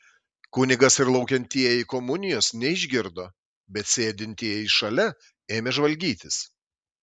kunigas ir laukiantieji komunijos neišgirdo bet sėdintieji šalia ėmė žvalgytis